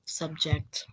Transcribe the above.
subject